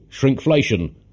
Shrinkflation